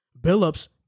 Billups